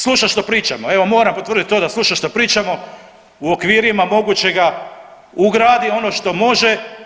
Sluša što pričamo, evo moram potvrditi to da sluša što pričamo u okvirima mogućega ugradi ono što može.